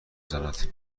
زند